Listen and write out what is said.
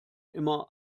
immer